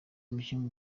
umukinnyi